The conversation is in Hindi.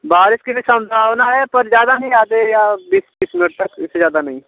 बारिश के लिए संभावना है पर ज़्यादा नहीं आधे या बीस तीस मिनट तक इससे ज़्यादा नहीं